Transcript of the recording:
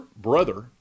brother